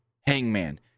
Hangman